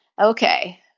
okay